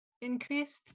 increased